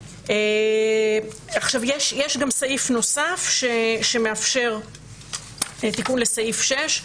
יש גם סעיף נוסף שמאפשר תיקון לסעיף 6,